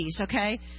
okay